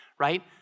right